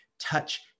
touch